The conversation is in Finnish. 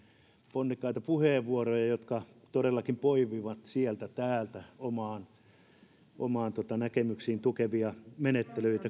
ponnekkaita puheenvuoroja jotka todellakin poimivat sieltä täältä omia näkemyksiä tukevia menettelyitä